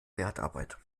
wertarbeit